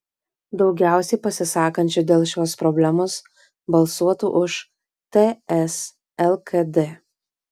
daugiausiai pasisakančių dėl šios problemos balsuotų už ts lkd